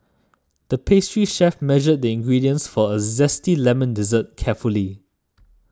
the pastry chef measured the ingredients for a Zesty Lemon Dessert carefully